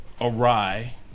awry